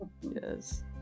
Yes